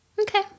Okay